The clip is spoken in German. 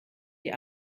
die